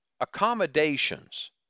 Accommodations